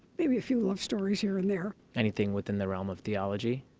maybe a few love stories here and there. anything within the realm of theology.